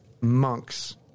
monks